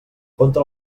contra